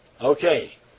Okay